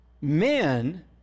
men